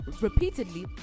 repeatedly